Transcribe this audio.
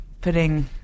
putting